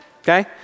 okay